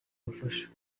ubufasha